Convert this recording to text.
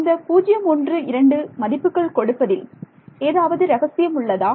இந்த 012 மதிப்புகள் கொடுப்பதில் ஏதாவது ரகசியம் உள்ளதா